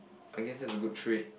I guess that's a good trait